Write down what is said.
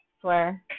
Swear